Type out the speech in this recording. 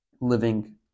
living